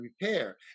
repair